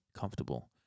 comfortable